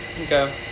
Okay